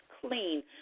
clean